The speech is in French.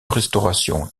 restauration